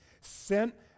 sent